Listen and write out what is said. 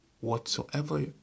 Whatsoever